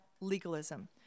legalism